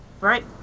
Right